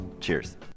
Cheers